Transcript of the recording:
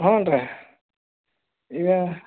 ಹ್ಞೂ ರೀ ಈಗ